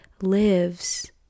lives